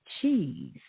cheese